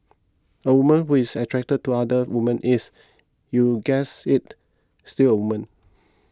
a woman who is attracted to other women is you guessed it still a woman